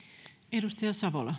arvoisa